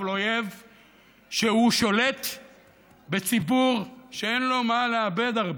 אבל הוא אויב ששולט בציבור שאין לו הרבה מה לאבד.